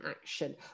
action